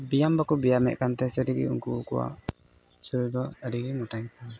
ᱵᱮᱭᱟᱢ ᱵᱟᱠᱚ ᱵᱮᱭᱟᱮᱢᱫ ᱠᱟᱱᱛᱮ ᱥᱟᱹᱨᱤᱜᱮ ᱩᱱᱠᱩ ᱠᱚᱣᱟᱜ ᱥᱚᱨᱤᱨ ᱫᱚ ᱟᱹᱰᱤ ᱜᱮ ᱢᱚᱴᱟ ᱜᱮᱛᱟ ᱠᱚᱣᱟ